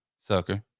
Sucker